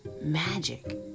magic